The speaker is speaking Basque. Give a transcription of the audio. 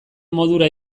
modura